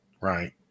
Right